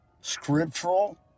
scriptural